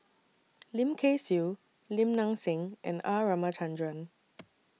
Lim Kay Siu Lim Nang Seng and R Ramachandran